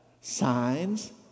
signs